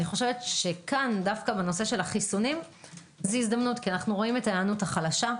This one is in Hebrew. אבל דווקא בנושא החיסונים זו הזדמנות כי אנחנו רואים את ההיענות החלשה.